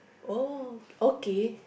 oh okay